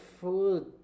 food